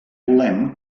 volem